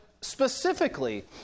specifically